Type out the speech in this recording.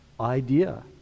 idea